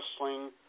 wrestling